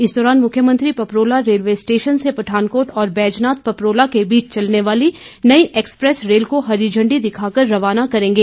इस दौरान मुख्यमंत्री पपरोला रेलवे स्टेशन से पठानकोट और बैजनाथ पपरोला के बीच चलने वाली नई एक्सप्रैस रेल को हरी झण्डी दिखाकर रवाना करेंगे